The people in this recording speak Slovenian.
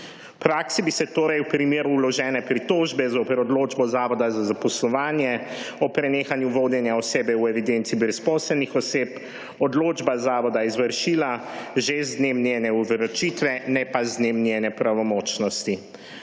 praksi bi se torej v primeru vložene pritožbe zoper odločbo Zavoda za zaposlovanje o prenehanju vodenja osebe v evidenci brezposelnih oseb odločba zavoda izvršila že z dnem njene vročitve ne pa z dnem njene pravnomočnosti.